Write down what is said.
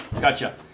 Gotcha